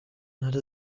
hatte